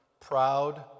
proud